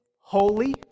holy